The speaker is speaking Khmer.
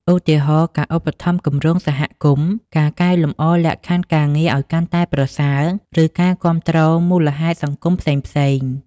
ឧទាហរណ៍ ការឧបត្ថម្ភគម្រោងសហគមន៍ ការកែលម្អលក្ខខណ្ឌការងារឱ្យកាន់តែប្រសើរ ឬការគាំទ្រមូលហេតុសង្គមផ្សេងៗ ។